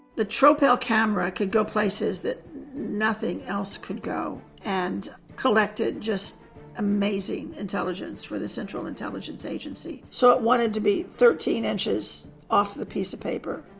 the tropel camera could go places that nothing else could go and collected just amazing intelligence for the central intelligence agency. so, it wanted to be thirteen inches off piece of paper.